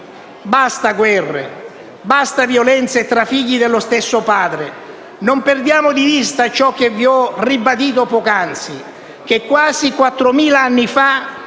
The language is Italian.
Basta guerre, basta violenze tra figli dello stesso padre. Non perdiamo di vista ciò che vi ho ribadito poc'anzi, che quasi quattromila